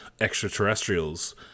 extraterrestrials